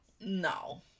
no